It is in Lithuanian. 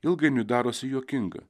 ilgainiui darosi juokinga